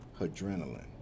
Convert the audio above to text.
adrenaline